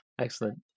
Excellent